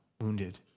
wounded